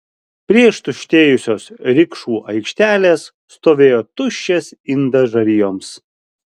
prie ištuštėjusios rikšų aikštelės stovėjo tuščias indas žarijoms